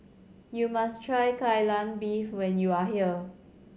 you must try Kai Lan Beef when you are here